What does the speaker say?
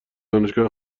دانشگاه